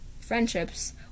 friendships